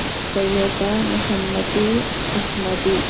سیتہ Mohammadi احمدی